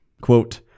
Quote